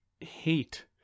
hate